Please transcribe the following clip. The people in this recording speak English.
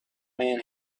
man